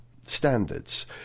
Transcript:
standards